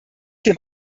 dem